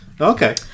Okay